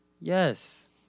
Yes